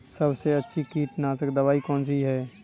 सबसे अच्छी कीटनाशक दवाई कौन सी है?